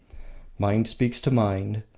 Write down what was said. mind speaks to mind.